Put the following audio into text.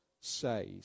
says